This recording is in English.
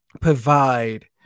provide